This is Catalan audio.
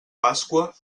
pasqua